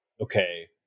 okay